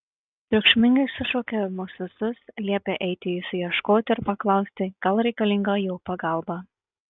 triukšmingai sušaukė mus visus liepė eiti jūsų ieškoti ir paklausti gal reikalinga jo pagalba